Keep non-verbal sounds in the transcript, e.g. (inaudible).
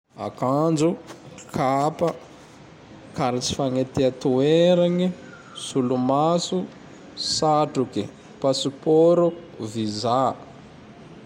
(noise) Akanjo, (noise) kapa, (noise) karatsy fagnetea (noise) toeragne, (noise) solomaso, (noise) satroke, (noise) pasipôro, (noise) vizà.